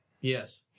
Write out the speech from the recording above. yes